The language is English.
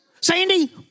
Sandy